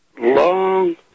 long